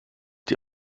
die